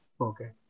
Okay